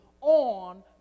on